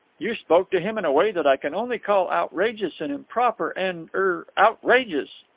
you spoke to him in a way that i can only call outrageous and improper, and er outrageous.